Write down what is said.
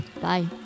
Bye. (